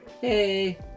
Hey